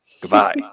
Goodbye